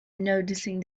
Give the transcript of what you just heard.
noticing